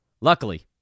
Luckily